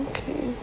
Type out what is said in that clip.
Okay